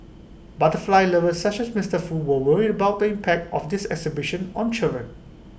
butterfly lovers such as Mister Foo were worried about the impact of this exhibition on children